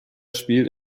spielt